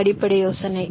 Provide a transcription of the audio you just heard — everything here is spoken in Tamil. இது அடிப்படை யோசனை